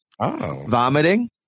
vomiting